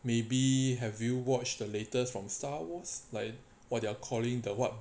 maybe have you watched the latest from star wars like while they're calling the what